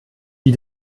die